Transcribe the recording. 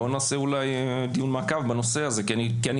בואו נעשה אולי דיון מעקב בנושא הזה כי אני